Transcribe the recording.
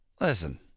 Listen